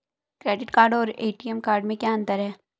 Credit card और ATM card में क्या अंतर है?